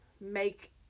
make